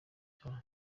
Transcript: ibyaha